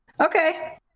Okay